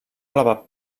elevat